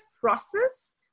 process